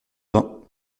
vin